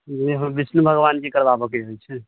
नहि हमरा विष्णु भगवानके करवाबऽके छै